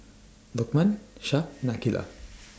Lokman Shah and Aqilah